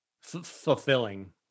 fulfilling